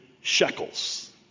shekels